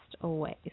away